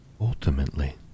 Ultimately